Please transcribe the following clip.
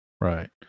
right